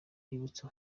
rwibutso